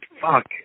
Fuck